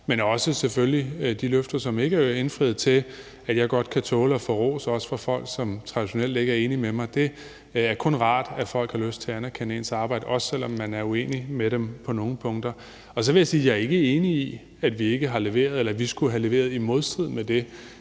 også er løfter, vi ikke har indfriet, at jeg godt kan tåle at få ros, også fra folk, som traditionelt ikke er enige med mig. Det er kun rart, at folk har lyst til at anerkende ens arbejde, også selv om man er uenig med dem på nogle punkter. Så vil jeg sige, at jeg ikke er enig i, at vi ikke har leveret, eller at vi skulle have leveret i modstrid med det.